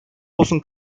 olsun